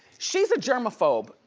she's a germaphobe,